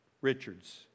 Richards